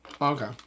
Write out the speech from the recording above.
Okay